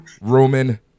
Roman